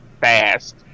fast